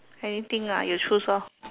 anything ah you choose lor